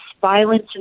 violence